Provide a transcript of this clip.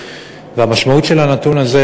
והמשמעות של הנתון הזה,